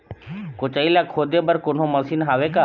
कोचई ला खोदे बर कोन्हो मशीन हावे का?